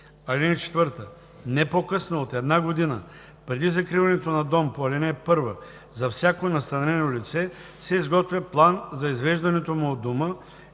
услуги. (4) Не по-късно от една година преди закриването на дом по ал. 1 за всяко настанено лице се изготвя план за извеждането му от дома